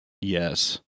Yes